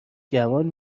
گمان